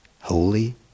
Holy